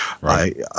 Right